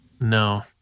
No